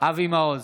אבי מעוז,